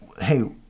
hey